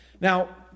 Now